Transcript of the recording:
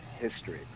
history